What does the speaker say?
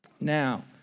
Now